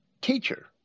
teacher